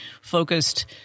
focused